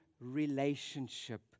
relationship